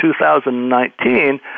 2019